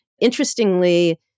Interestingly